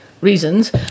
reasons